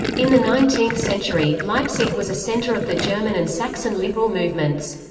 in the nineteenth century, leipzig was a centre of the german and saxon liberal movements.